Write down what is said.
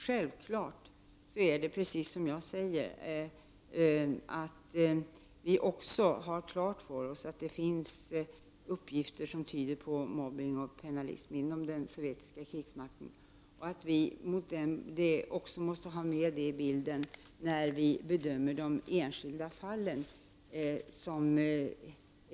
Självklart är det precis som jag säger att vi också har klart för oss att det finns uppgifter som tyder på mobbning och pennalism inom den sovjetiska krigsmakten. Detta måste vi ha med i bilden när vi bedömer de enskilda fallen.